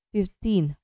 Fifteen